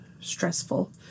stressful